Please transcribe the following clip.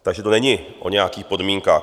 Takže to není o nějakých podmínkách.